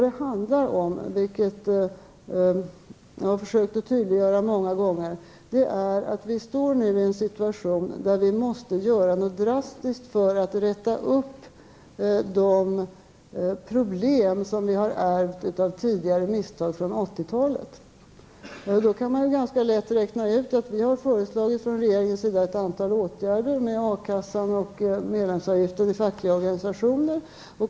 Det handlar om, vilket jag har försökt att tydliggöra många gånger, att vi nu står inför en situation där vi måste göra något drastiskt för att rätta till de problem som vi har ärvt genom tidigare misstag på 80-talet. Då kan man lätt räkna ut att regeringen har föreslagit ett antal åtgärder som gäller A-kassan och medlemsavgiften i fackliga organisationer.